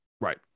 Right